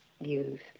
use